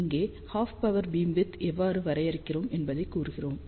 இங்கே half power beamwidth எவ்வாறு வரையறுக்கிறோம் என்பதைக் கூறுகிறோம்